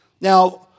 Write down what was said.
Now